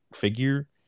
figure